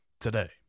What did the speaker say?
today